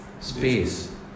space